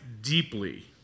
deeply